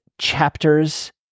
chapters